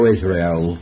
Israel